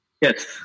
Yes